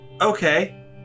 Okay